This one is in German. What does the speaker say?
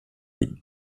bieten